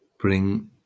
bring